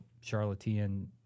charlatan